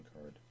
card